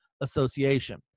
Association